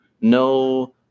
no